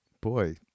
boy